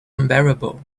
unbearable